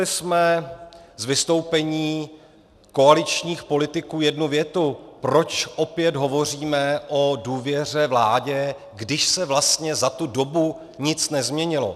Slyšeli jsme z vystoupení koaličních politiků jednu větu, proč opět hovoříme o důvěře vládě, když se vlastně za tu dobu nic nezměnilo.